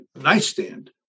nightstand